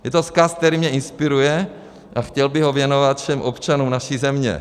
Je to vzkaz, který mě inspiruje, a chtěl bych ho věnovat všem občanům naší země.